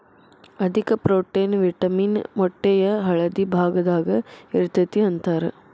ಅಧಿಕ protein, vitamin ಮೊಟ್ಟೆಯ ಹಳದಿ ಭಾಗದಾಗ ಇರತತಿ ಅಂತಾರ